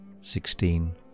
Sixteen